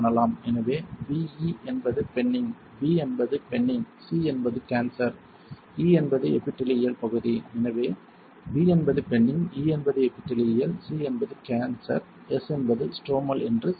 எனவே BE என்பது benign B என்பது பெனிங் C என்பது கேன்சர் E என்பது எபிடெலியல் பகுதி எனவே B என்பது பெனிங் E என்பது எபிடெலியல் C என்பது கேன்சர் S என்பது ஸ்ட்ரோமல் என்று சொல்லலாம்